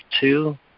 two